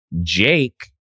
Jake